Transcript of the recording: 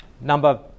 number